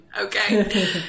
okay